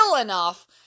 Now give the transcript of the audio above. enough